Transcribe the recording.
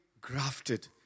grafted